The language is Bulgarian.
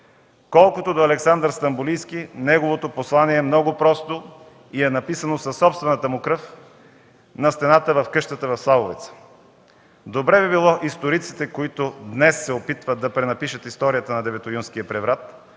Колкото до Александър Стамболийски, неговото послание е много просто и е написано със собствената му кръв на стената в къщата в с. Славовица. Добре би било историците, които днес се опитват да пренапишат историята на Деветоюнския преврат,